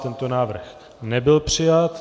Tento návrh nebyl přijat.